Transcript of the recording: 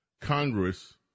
Congress